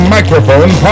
Microphone